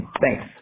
Thanks